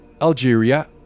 Algeria